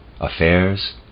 Affairs